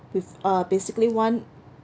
with uh basically one